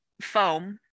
foam